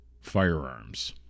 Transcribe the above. firearms